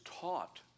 taught